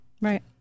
Right